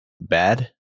bad